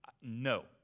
No